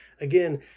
Again